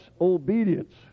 obedience